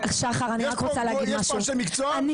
יש פה אנשי מקצוע --- תקשיבו רגע,